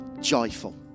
joyful